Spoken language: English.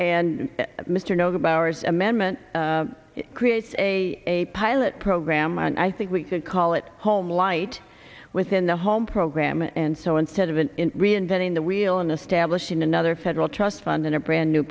nd mr know the bower's amendment creates a pilot program and i think we could call it home light within the home program and so instead of an reinventing the wheel and establishing another federal trust fund in a brand new